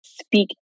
speak